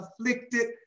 afflicted